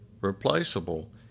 replaceable